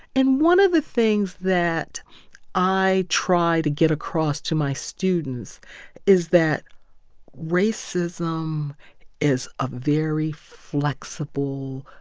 and one of the things that i try to get across to my students is that racism is a very flexible,